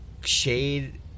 Shade